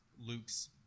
Luke's